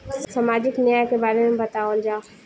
सामाजिक न्याय के बारे में बतावल जाव?